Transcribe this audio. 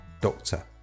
doctor